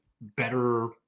better